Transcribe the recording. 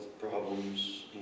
problems